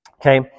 Okay